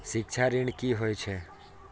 शिक्षा ऋण की होय छै?